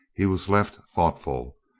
he was left thoughtful.